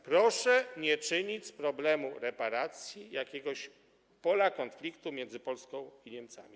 Proszę nie czynić z problemu reparacji jakiegoś pola konfliktu między Polską i Niemcami.